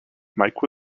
mike